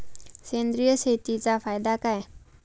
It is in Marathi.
सेंद्रिय शेतीचा फायदा काय?